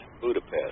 Budapest